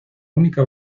única